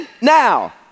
now